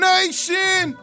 Nation